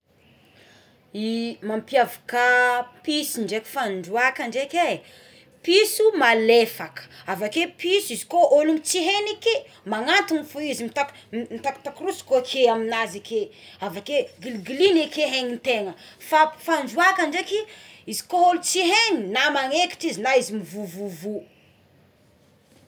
I mampiavaka piso ndraiky fandroàka ndreky piso malefaka avakeo piso izy kô olo tsy haigny ke manantogna fo izy mita- mitakotakorosoko ké amignazy aké avaké giligiligny ake hegnin-tegna fa fandroàka ndraiky izy ko olo tsy hainy na manaikitry izy na izy mivovovo.